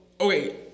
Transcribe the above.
okay